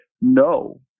no